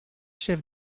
chefs